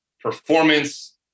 performance